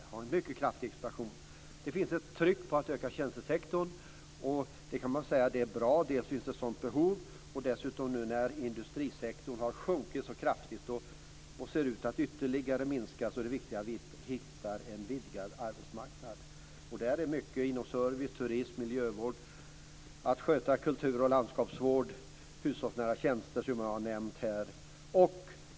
De hade en mycket kraftig expansion. Det finns ett tryck på att öka tjänstesektorn. Det är bra. Det finns ett sådant behov. När industrisektorn har sjunkit så kraftigt och ser ut att minska ytterligare är det viktigt att vi kan vidga arbetsmarknaden. Det gäller i stor utsträckning service, turism, miljövård, kultur och landskapsvård, hushållsnära tjänster - som jag också har nämnt.